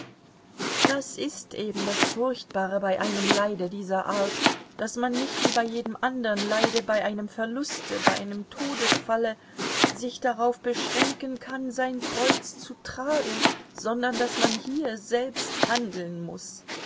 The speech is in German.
das ist eben das furchtbare bei einem leide dieser art daß man nicht wie bei jedem andern leide bei einem verluste bei einem todesfalle sich darauf beschränken kann sein kreuz zu tragen sondern daß man hier selbst handeln muß